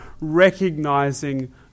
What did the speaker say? recognizing